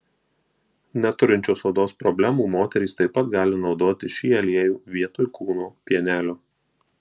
neturinčios odos problemų moterys taip pat gali naudoti šį aliejų vietoj kūno pienelio